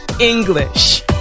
English